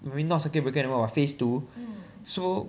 maybe not circuit breaker more of phase two so